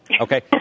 Okay